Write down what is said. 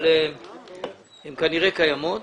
אבל הן כנראה קיימות.